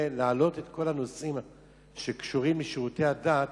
להעלות את כל הנושאים שקשורים לשירותי הדת